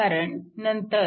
कारण नंतर